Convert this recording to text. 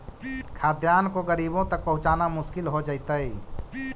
खाद्यान्न को गरीबों तक पहुंचाना मुश्किल हो जइतइ